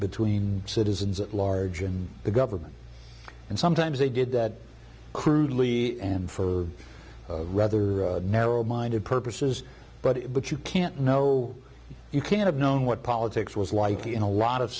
between citizens at large and the government and sometimes they did that crudely and for rather narrow minded purposes but but you can't know you can't have known what politics was like in a lot of